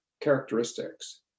characteristics